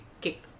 kick